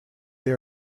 they